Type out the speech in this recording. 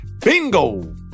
Bingo